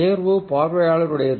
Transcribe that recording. தேர்வு பார்வையாளருடையது